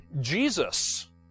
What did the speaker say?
Jesus